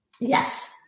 Yes